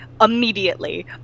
immediately